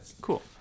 Cool